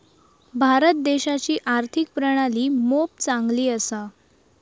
भारत देशाची आर्थिक प्रणाली मोप चांगली असा